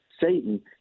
Satan